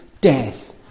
death